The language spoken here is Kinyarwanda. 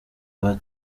rwa